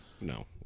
No